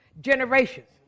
generations